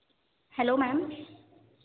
hello ma'am